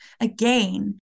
again